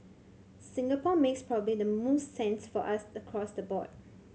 Singapore makes probably the most sense for us across the board